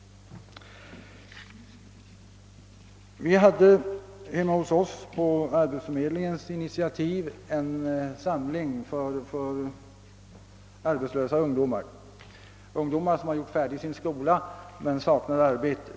Vi hade hemma hos oss på arbetsförmedlingens initiativ en samling för arbetslösa ungdomar, ungdomar som har slutat skolan men saknar arbete.